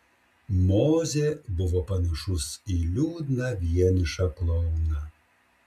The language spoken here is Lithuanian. mozė buvo panašus į liūdną vienišą klouną